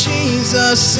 Jesus